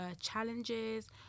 challenges